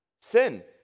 sin